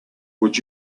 would